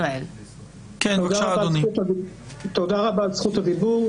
תודה רבה על זכות הדיבור.